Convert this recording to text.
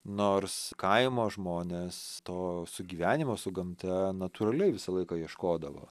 nors kaimo žmonės to sugyvenimo su gamta natūraliai visą laiką ieškodavo